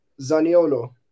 Zaniolo